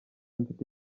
mfite